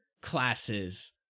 classes